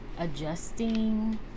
adjusting